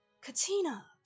katina